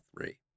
three